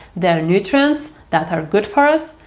there are nutrients, that are good for us,